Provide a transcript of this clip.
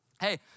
Hey